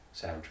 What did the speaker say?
soundtrack